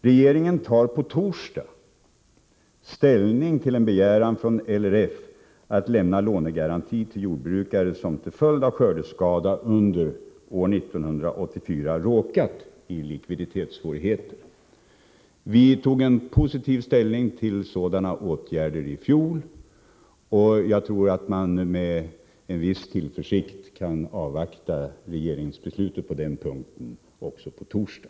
Regeringen tar på torsdag ställning till en begäran från LRF om att lämna lånegaranti till jordbrukare som till följd av skördeskada under 1984 råkat i likviditetssvårigheter. I fjol tog vi positiv ställning till sådana åtgärder, och jag tror att man med en viss tillförsikt kan avvakta regeringsbeslutet på torsdag.